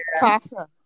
Tasha